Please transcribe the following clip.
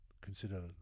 consider